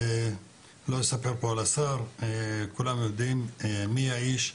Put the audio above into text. אני לא אספר פה על השר, כולם יודעים מי האיש.